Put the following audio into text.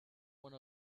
one